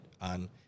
on